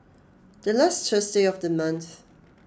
the last Thursday of the month